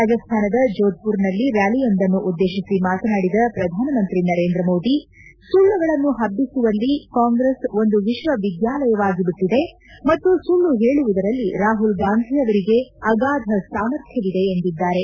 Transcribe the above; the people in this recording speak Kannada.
ರಾಜಸ್ತಾನದ ಜೋಧ್ಪುರ್ನಲ್ಲಿ ಕ್ಯಾಲಿಯೊಂದನ್ನು ಉದ್ದೇಶಿಸಿ ಮಾತನಾಡಿದ ಪ್ರಧಾನಮಂತ್ರಿ ನರೇಂದ್ರ ಮೋದಿ ಸುಳ್ಳುಗಳನ್ನು ಹಬ್ಲಿಸುವಲ್ಲಿ ಕಾಂಗ್ರೆಸ್ ಒಂದು ವಿಶ್ವವಿದ್ಯಾಲಯವಾಗಿ ಬಿಟ್ಲದೆ ಮತ್ತು ಸುಳ್ಳು ಹೇಳುವುದರಲ್ಲಿ ರಾಹುಲ್ ಗಾಂಧಿ ಅವರಿಗೆ ಅಗಾಧ ಸಾಮರ್ಥ್ವವಿದೆ ಎಂದಿದ್ದಾರೆ